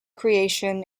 creation